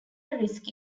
risk